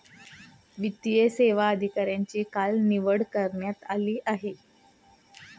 वित्तीय सेवा अधिकाऱ्यांची काल निवड करण्यात आली आहे